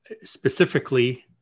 specifically